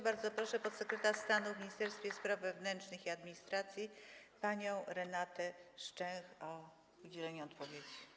Bardzo proszę podsekretarz stanu w Ministerstwie Spraw Wewnętrznych i Administracji panią Renatę Szczęch o udzielenie odpowiedzi.